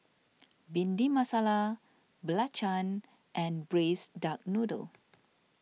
Bhindi Masala Belacan and Braised Duck Noodle